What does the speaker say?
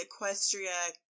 Equestria